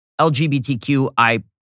LGBTQI